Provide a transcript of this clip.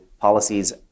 policies